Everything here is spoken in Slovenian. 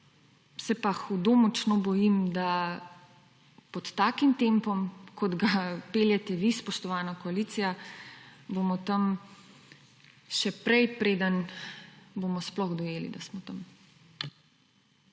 Se pa hudo močno bojim, da pod takim tempom kot ga peljete vi, spoštovana koalicija, bomo tam še prej, preden bomo sploh dojeli, da smo tam.